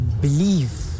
believe